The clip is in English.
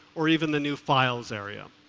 or even the new files area.